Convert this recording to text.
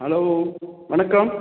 hello வணக்கம்